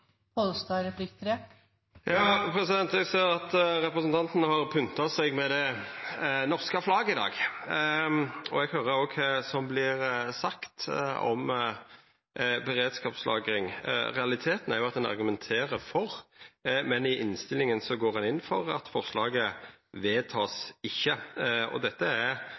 Eg ser at representanten Ørsal Johansen har pynta seg med det norske flagget i dag. Eg høyrer òg det som vert sagt om beredskapslagring. Realiteten er jo at ein argumenterer for, men i innstillinga går ein inn for at forslaget «vedtas ikke». I forslaget om å gjennomføra beredskapslagring av matkorn, står det ikkje